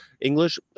English